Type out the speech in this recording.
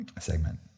segment